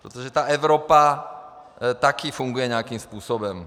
Protože ta Evropa taky funguje nějakým způsobem.